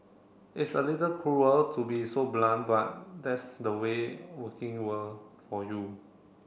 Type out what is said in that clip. it's a little cruel to be so blunt but that's the way working world for you